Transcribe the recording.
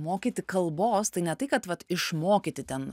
mokyti kalbos tai ne tai kad vat išmokyti ten